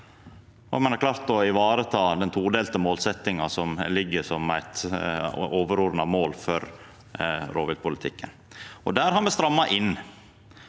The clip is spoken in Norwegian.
ein har klart å ivareta den todelte målsetjinga som ligg som eit overordna mål for rovviltpolitikken. Der har me strama inn,